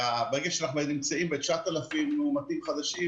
ברגע שאנחנו נמצאים ב-9,000 מאומתים חדשים,